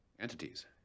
Entities